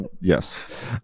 yes